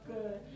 Good